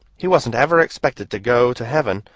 he wasn't ever expecting to go to heaven,